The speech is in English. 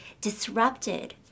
disrupted